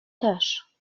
też